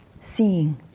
seeing